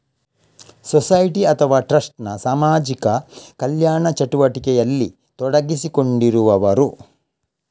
society ಅಥವಾ trust ನ ಸಾಮಾಜಿಕ ಕಲ್ಯಾಣ ಚಟುವಟಿಕೆಯಲ್ಲಿ ತೊಡಗಿಸಿಕೊಂಡಿರುವವರು